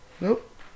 Nope